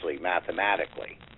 mathematically